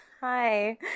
Hi